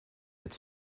its